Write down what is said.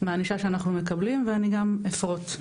מהענישה שאנחנו מקבלים ואני גם אפרוט,